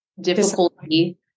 difficulty